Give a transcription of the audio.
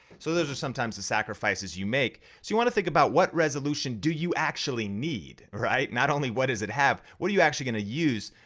so those are some times the sacrifices you make. so you wanna think about what resolution do you actually need, right? not only what does it have, what are you actually gonna use.